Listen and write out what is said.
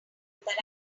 that